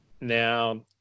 now